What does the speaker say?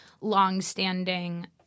longstanding